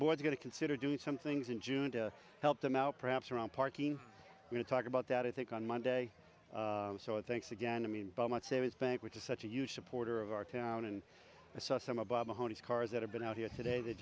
board's going to consider doing some things in june to help them out perhaps around parking going to talk about that i think on monday so it thanks again i mean beaumont savings bank which is such a huge supporter of our town and i saw some about one hundred cars that have been out here today that